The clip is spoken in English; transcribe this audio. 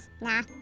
nah